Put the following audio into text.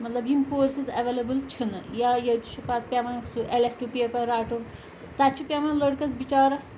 مطلب یِم courses available چھِ نہٕ یا ییٚتہِ چھِ پَتہٕ پیٚوان سُہ الیکٹِک پیپَر رَٹُن تَتہِ چھُ پیٚوان لٔڑکَس بِچارَس